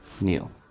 kneel